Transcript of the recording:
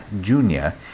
Junior